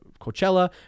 Coachella